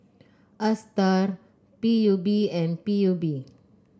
Astar P U B and P U B